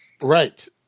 Right